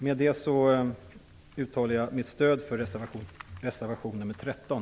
Med detta uttalar jag mitt stöd för reservation nr 13.